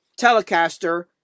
telecaster